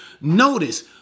Notice